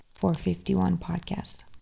451podcast